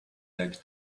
like